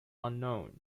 unknown